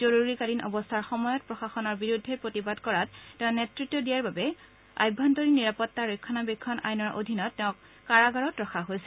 জৰুৰীকালীন অৱস্থাৰ সময়ত প্ৰশাসনৰ বিৰুদ্ধে প্ৰতিবাদ কৰাত তেওঁ নেত়ত্ব দিয়াৰ বাবে আভ্যন্তৰীণ নিৰাপত্তা ৰক্ষণাবেক্ষণ আইনৰ অধীনত তেওঁক কাৰাগাৰত ৰখা হৈছিল